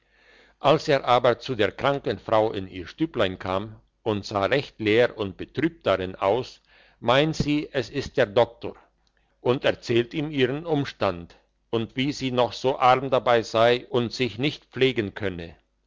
als er aber zu der kranken frau in ihr stüblein kam und sah recht leer und betrübt darin aus meint sie es ist der doktor und erzählt ihm ihren umstand und wie sie noch so arm dabei sei und sich nicht pflegen könne